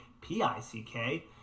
P-I-C-K